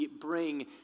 bring